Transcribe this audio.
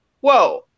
Whoa